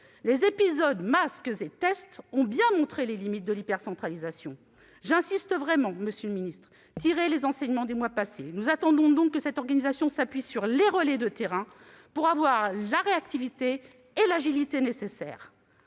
autour des masques et des tests ont bien montré les limites de l'hypercentralisation. J'insiste vraiment, monsieur le ministre : tirez les enseignements des mois passés ! Nous attendons donc que cette organisation s'appuie sur les relais de terrain pour avoir la réactivité et l'agilité nécessaires.